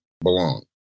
belong